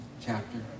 chapter